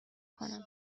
کنم